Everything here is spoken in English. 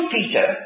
Peter